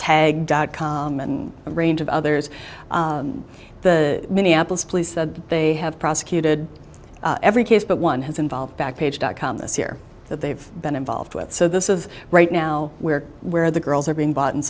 tagged dot com and a range of others the minneapolis police that they have prosecuted every case but one has involved back page dot com this year that they've been involved with so this is right now where where the girls are being bought and